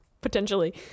Potentially